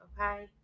okay